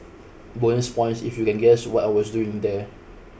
bonus points if you can guess what I was doing there